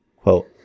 quote